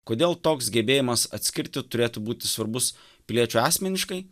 kodėl toks gebėjimas atskirti turėtų būti svarbus piliečiui asmeniškai